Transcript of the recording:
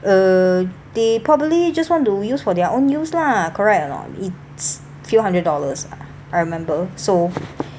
uh they probably just want to use for their own use lah correct or not it's a few hundred dollars I remember so